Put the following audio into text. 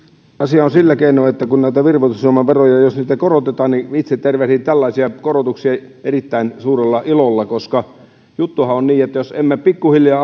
asia on sillä keinoin että jos näitä virvoitusjuomaveroja korotetaan niin itse tervehdin tällaisia korotuksia erittäin suurella ilolla koska juttuhan on niin että jos emme pikkuhiljaa